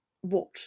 What